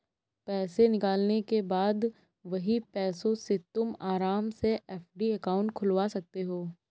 पैसे निकालने के बाद वही पैसों से तुम आराम से एफ.डी अकाउंट खुलवा सकते हो